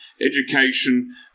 education